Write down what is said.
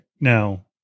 now